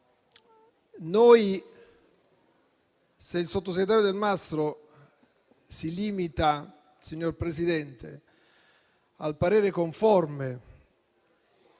Noi, se il sottosegretario Delmastro si limita, signor Presidente, al parere conforme...